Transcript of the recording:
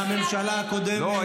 ועם מספרים, אני